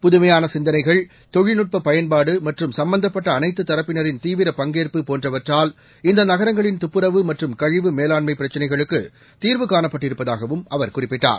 புதுமையான சிந்தனைகள் தொழில்நுட்ப பயன்பாடு மற்றும் சம்மந்தப்பட்ட அளைத்து தரப்பினரின் தீவிர பங்கேற்பு போன்றவற்றால் இந்த நகரங்களின் தப்புரவு மற்றம் கழிவு மேலாண்மமப் பிரச்சினைகளுக்கு தீர்வு காணப்பட்டிருப்பதாகவும் அவர் குறிப்பிட்டார்